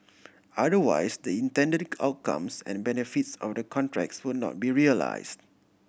otherwise the intended outcomes and benefits of the contracts would not be realise